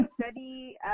study